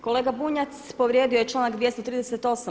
Kolega Bunjac povrijedio je članak 238.